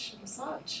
massage